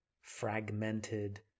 fragmented